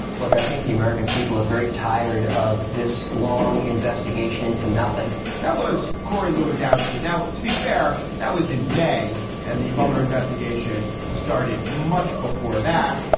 look, i think the american people are very tired of this long investigation into nothing that was corey lewandowsky now. to be fair, that was in may. and the mueller investigation started much before that.